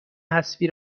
حذفی